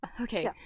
okay